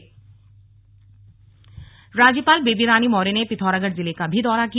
slug राज्यपाल दौरा राज्यपाल बेबी रानी मौर्य ने पिथौरागढ़ जिले का भी दौरा किया